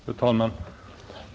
Fru talman!